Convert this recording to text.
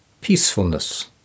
peacefulness